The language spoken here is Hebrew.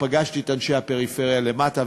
פגשתי את אנשי הפריפריה למטה,